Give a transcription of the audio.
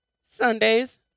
Sundays